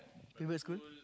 favourite school